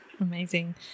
Amazing